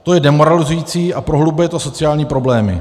To je demoralizující a prohlubuje to sociální problémy.